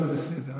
זה בסדר.